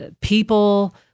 people